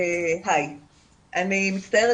אני מצטערת,